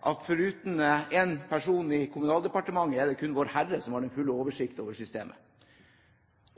det kun Vårherre som har den fulle oversikt over systemet.